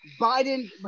Biden